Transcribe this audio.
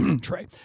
Trey